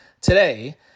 today